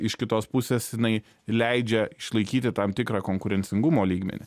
iš kitos pusės jinai leidžia išlaikyti tam tikrą konkurencingumo lygmenį